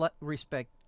respect